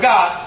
God